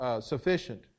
Sufficient